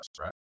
right